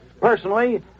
Personally